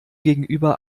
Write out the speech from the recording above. gegenüber